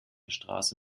straße